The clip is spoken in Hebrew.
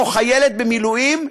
או לחיילת במילואים,